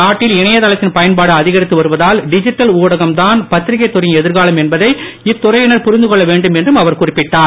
நாட்டில் இணையதளத்தின் பயன்பாடு அதிகரித்து வருவதால் டிஜிட்டல் ஊடகம் தான் பத்திரிகை துறையின் எதிர்காலம் என்பதை இத்துறையினர் புரிந்து கொள்ள வேண்டும் என்றும் அவர் குறிப்பிட்டார்